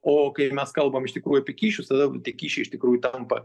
o kai mes kalbam iš tikrųjų apie kyšius tada jau tie kyšiai iš tikrųjų tampa